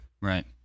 right